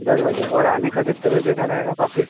दस बजे और आने का कितने बजे का रहेगा वापस